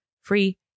free